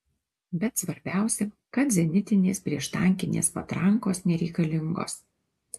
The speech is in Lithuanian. bet svarbiausia kad zenitinės prieštankinės patrankos nereikalingos